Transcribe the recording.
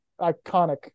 iconic